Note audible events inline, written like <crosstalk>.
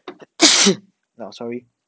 <coughs> sorry